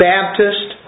Baptist